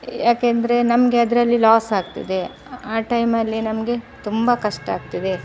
ಯಾಕೆಂದರೆ ನಮಗೆ ಅದರಲ್ಲಿ ಲಾಸಾಗ್ತದೆ ಆ ಟೈಮಲ್ಲಿ ನಮಗೆ ತುಂಬ ಕಷ್ಟ ಆಗ್ತದೆ